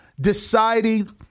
deciding